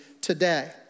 today